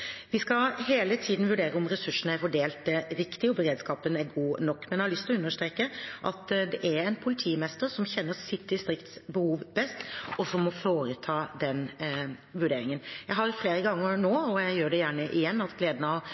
Vi skal hele tiden vurdere om ressursene er fordelt riktig og beredskapen er god nok, men jeg har lyst til å understreke at det er politimesteren som kjenner sitt distrikts behov best, og som må foreta den vurderingen. Jeg har flere ganger nå, og jeg gjør det gjerne igjen, hatt gleden av